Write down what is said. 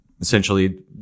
essentially